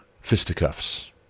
fisticuffs